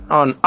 on